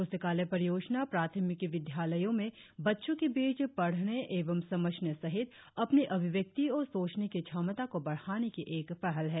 प्स्तकालय परियोजना प्राथमिकी विदयालयो में बच्चो के बीच पढ़ने एवं समझने सहित अपनी अभिव्यक्ति और सोचने की क्षमता को बढ़ाने की एक पहल है